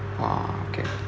!wah! okay